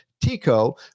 Tico